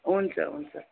हुन्छ हुन्छ